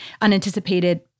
unanticipated